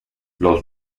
los